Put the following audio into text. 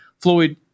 Floyd